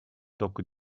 tocco